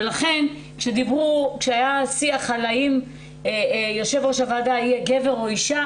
לכן כשהיה שיח על האם יו"ר יהיה גבר או אישה,